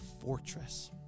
fortress